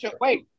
Wait